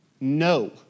No